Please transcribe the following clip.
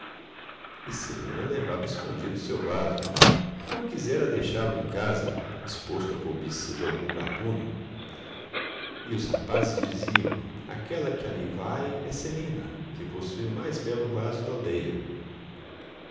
elas e celina levava escondido seu vaso não quisera deixá-lo em casa exposto à cobiça de algum gatuno e os rapazes diziam aquela que ali vai é celina que possui o mais belo vaso da aldeia